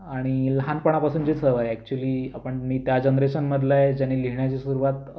आणि लहानपणापासूनची सवय आहे अॅक्चुली आपण मी त्या जनरेशनमधला आहे ज्यांनी लिहिण्याची सुरुवात